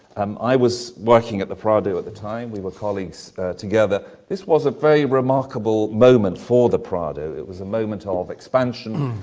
um i was working at the prado at the time, we were colleagues together. this was a very remarkable moment for the prado. it was a moment ah of expansion.